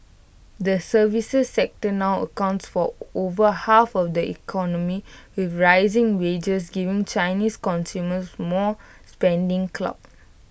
the services sector now accounts for over half of the economy with rising wages giving Chinese consumers more spending clout